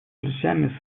плечами